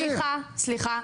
סליחה, סליחה.